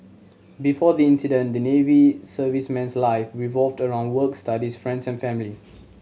before the incident the Navy serviceman's life revolved around work studies friends and family